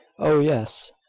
oh, yes.